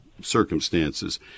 circumstances